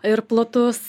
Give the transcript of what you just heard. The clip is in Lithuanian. ir platus